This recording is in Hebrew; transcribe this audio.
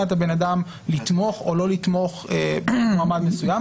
את הבן אדם לתמוך או לא לתמוך במועמד מסוים.